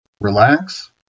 relax